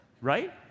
right